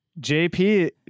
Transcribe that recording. JP